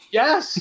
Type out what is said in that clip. yes